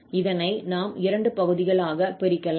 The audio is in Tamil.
இதனை நாம் இரண்டு பகுதிகளாகப் பிரிக்கலாம்